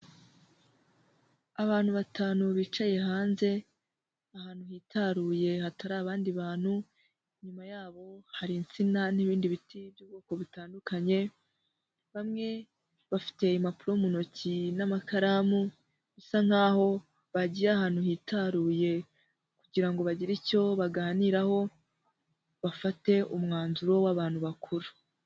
Abantu batanu bicaye hanze, ahantu hitaruye hatari abandi bantu, inyuma yabo hari insina n'ibindi biti by'ubwoko butandukanye, bamwe bafite impapuro mu ntoki n'amakaramu, bisa nkaho bagiye ahantu hitaruye kugira ngo bagire icyo baganiraho, bafate umwanzuro w'abantu bakuru.